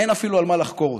אין אפילו על מה לחקור אותו.